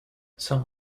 some